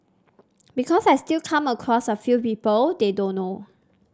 because I still come across a few people they don't know